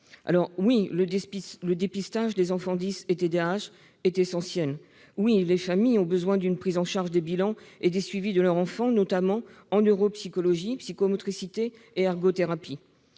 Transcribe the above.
? Oui, le dépistage des enfants « dys » et TDAH est essentiel. Oui, les familles ont besoin d'une prise en charge des bilans et des suivis de leurs enfants, notamment en neuropsychologie, psychomotricité et ergothérapie.